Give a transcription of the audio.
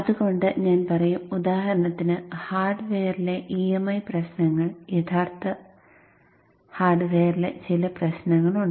അതുകൊണ്ട് ഞാൻ പറയും ഉദാഹരണത്തിന് ഹാർഡ്വെയറിലെ EMI പ്രശ്നങ്ങൾ യഥാർത്ഥ ഹാർഡ്വെയറിൽ ചെറിയ പ്രശ്നങ്ങളുണ്ട്